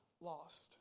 lost